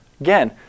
Again